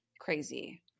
crazy